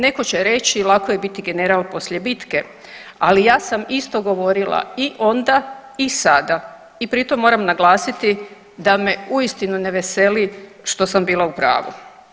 Neko će reći lako je biti general poslije bitke, ali ja sam isto govorila i onda i sada i pri tom moram naglasiti da me uistinu ne veseli što sam bila u pravu.